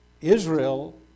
Israel